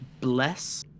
bless